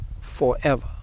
forever